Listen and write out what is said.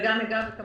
אני אענה, כמובן,